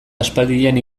aspaldian